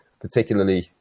particularly